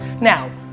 Now